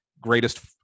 greatest